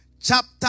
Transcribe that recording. chapter